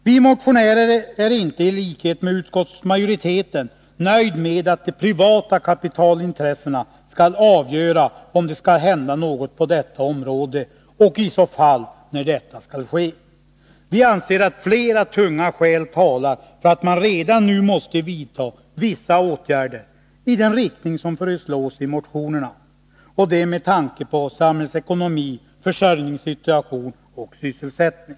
Vi motionärer är inte i likhet med utskottsmajoriteten nöjda med att de privata kapitalintressena skall avgöra om det skall hända något på detta område och i så fall när detta skall ske. Vi anser att flera tunga skäl talar för att man redan nu måste vidta vissa åtgärder i den riktning som föreslås i motionerna, och det med tanke på samhällsekonomi, försörjningssituation och sysselsättning.